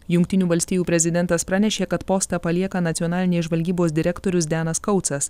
jungtinių valstijų prezidentas pranešė kad postą palieka nacionalinės žvalgybos direktorius denas kautsas